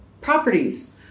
properties